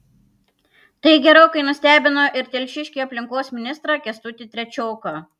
tai gerokai nustebino ir telšiškį aplinkos ministrą kęstutį trečioką